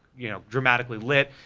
you know, dramatically lit,